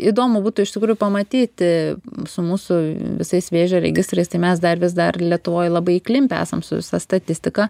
įdomu būtų iš tikrųjų pamatyti su mūsų visais vėžio registrais tai mes dar vis dar lietuvoj labai įklimpę esam su visa statistika